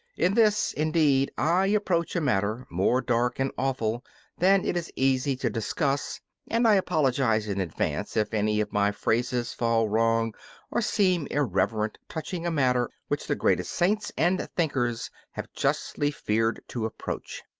in this indeed i approach a matter more dark and awful than it is easy to discuss and i apologise in advance if any of my phrases fall wrong or seem irreverent touching a matter which the greatest saints and thinkers have justly feared to approach.